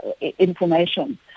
information